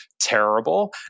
terrible